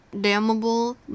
damnable